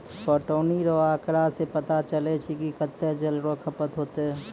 पटौनी रो आँकड़ा से पता चलै कि कत्तै जल रो खपत होतै